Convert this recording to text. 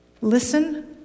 Listen